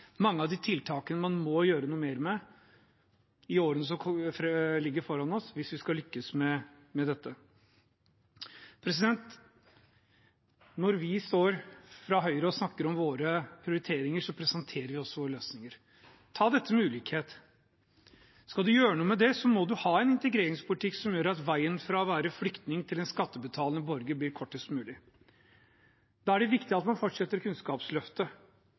mange av de tiltakene man må gjøre noe mer med i årene som ligger foran oss, hvis vi skal lykkes med dette? Når vi fra Høyre står og snakker om våre prioriteringer, presenterer vi også løsninger. Ta dette med ulikhet. Skal man gjøre noe med det, må man ha en integreringspolitikk som gjør at veien fra å være flyktning til å bli en skattebetalende borger blir kortest mulig. Da er det viktig at man fortsetter Kunnskapsløftet,